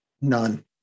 None